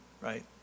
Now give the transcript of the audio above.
right